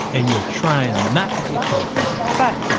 and you're trying not to get caught but,